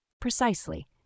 Precisely